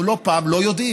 אנחנו לא פעם לא יודעים.